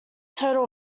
total